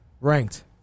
Ranked